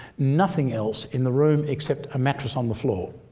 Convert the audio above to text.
nothing else in the room except a mattress on the floor.